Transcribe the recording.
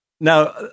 Now